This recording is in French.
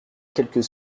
quelques